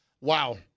Wow